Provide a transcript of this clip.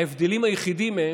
ההבדלים היחידים הם